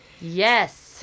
Yes